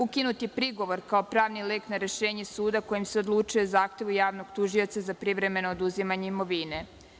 Ukinut je prigovor kao pravni lek na rešenje suda kojim se odlučuje o zahtevu javnog tužioca za privremeno oduzimanje imovine.